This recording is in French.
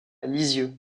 lisieux